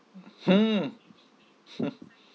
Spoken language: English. hmm hmm